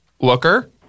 looker